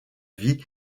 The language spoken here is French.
vie